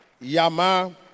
Yama